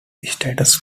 status